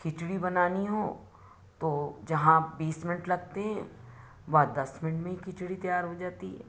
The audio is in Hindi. खिचड़ी बनानी हो तो जहाँ बीस मिनट लगते हैं वहाँ दस मिनट में ही खिचड़ी तैयार हो जाती है